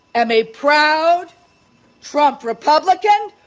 i'm a proud trump republican.